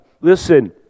listen